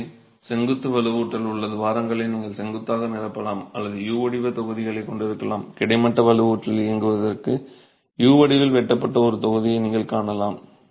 எனவே செங்குத்து வலுவூட்டல் உள்ள துவாரங்களை நீங்கள் செங்குத்தாக நிரப்பலாம் அல்லது U வடிவத் தொகுதிகளைக் கொண்டிருக்கலாம் கிடைமட்ட வலுவூட்டல் இயங்குவதற்கு U வடிவில் வெட்டப்பட்ட ஒரு தொகுதியை நீங்கள் காணலாம்